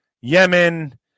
Yemen